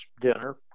dinner